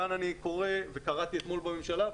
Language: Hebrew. קראתי אתמול בממשלה,